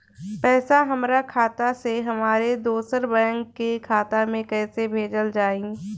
पैसा हमरा खाता से हमारे दोसर बैंक के खाता मे कैसे भेजल जायी?